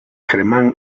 germán